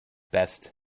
best